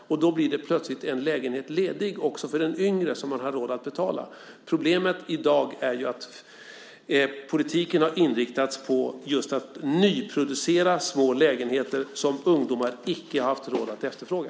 Då blir det plötsligt också för den yngre en lägenhet ledig som man har råd att betala. Problemet i dag är att politiken har inriktats på att nyproducera små lägenheter som ungdomar icke har haft råd att efterfråga.